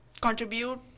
contribute